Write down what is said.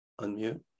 unmute